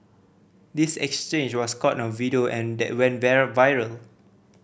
this exchange was caught on a video and that went there viral